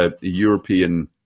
European